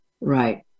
right